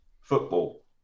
football